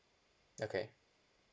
okay